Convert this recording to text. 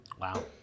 Wow